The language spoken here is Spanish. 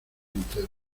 entero